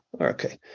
okay